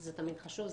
שזה תמיד חשוב,